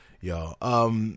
y'all